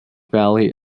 valley